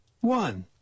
one